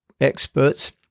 experts